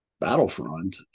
battlefront